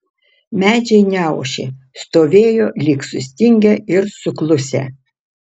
medžiai neošė stovėjo lyg sustingę ir suklusę